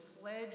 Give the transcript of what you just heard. pledge